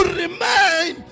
remain